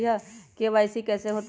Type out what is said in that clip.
KYC कैसे होतई?